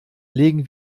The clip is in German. legen